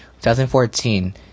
2014